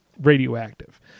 radioactive